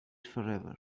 forever